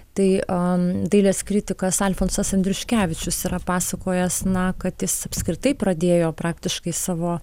tai dailės kritikas alfonsas andriuškevičius yra pasakojęs na kad jis apskritai pradėjo praktiškai savo